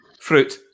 fruit